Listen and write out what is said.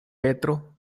petro